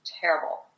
terrible